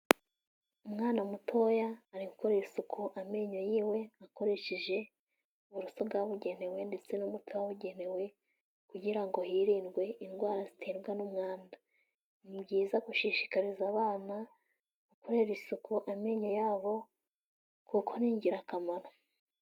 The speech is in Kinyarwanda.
Umwana mutoya ari gukorera isuku amenyo yiwe, akoresheje uburoso bwabugenewe ndetse n'umuti wabugenewe kugira ngo hirindwe indwara ziterwa n'umwanda. Ni byiza gushishikariza abana gukorera isuku amenyo yabo kuko ni ingirakamaro.